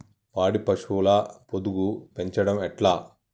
పాడి పశువుల పొదుగు పెంచడం ఎట్లా?